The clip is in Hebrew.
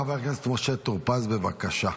חבר הכנסת משה טור פז, בבקשה.